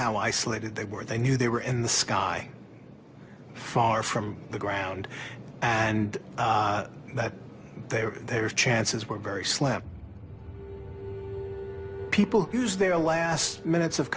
how isolated they were they knew they were in the sky far from the ground and that they were there chances were very slim people use their last minutes of